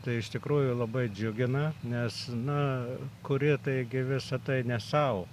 tai iš tikrųjų labai džiugina nes na kuri taigi visa tai ne sau